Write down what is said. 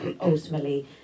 ultimately